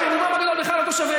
אגב, ברובם הגדול הם בכלל לא תושבי